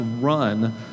run